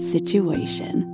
Situation